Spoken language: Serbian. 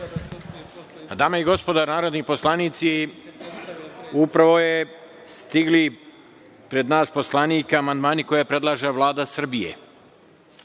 Dame i gospodo narodni poslanici, upravo su stigli pred nas poslanike, amandmani koje predlaže Vlada Srbije